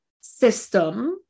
system